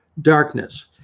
darkness